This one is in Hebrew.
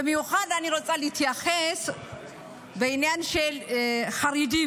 במיוחד אני רוצה להתייחס לעניין של חרדים,